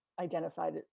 identified